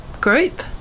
group